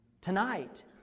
Tonight